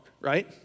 right